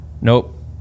nope